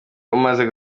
umaze